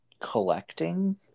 collecting